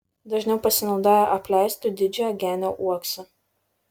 dažniau pasinaudoja apleistu didžiojo genio uoksu